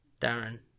Darren